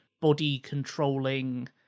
body-controlling